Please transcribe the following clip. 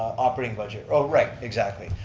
operating budget, oh right, exactly.